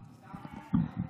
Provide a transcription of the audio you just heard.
סתם בצחוק.